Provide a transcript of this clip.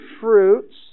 fruits